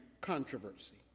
controversy